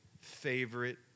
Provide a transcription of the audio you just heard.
Favorite